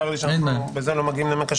צר לי שבזה אנו לא מגיעים לעמק השווה.